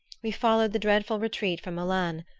we followed the dreadful retreat from milan,